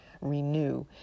renew